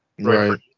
Right